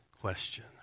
question